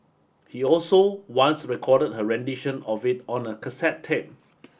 he also once recorded her rendition of it on a cassette tape